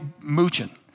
mooching